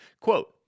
Quote